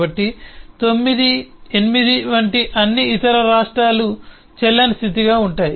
కాబట్టి 9 8 వంటి అన్ని ఇతర రాష్ట్రాలు చెల్లని స్థితిగా ఉంటాయి